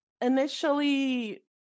initially